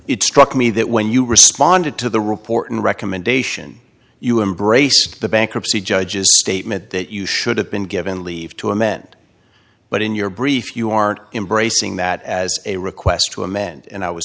it struck me that when you responded to the report and recommendation you embrace the bankruptcy judges statement that you should have been given leave to amend but in your brief you aren't embracing that as a request to amend and i was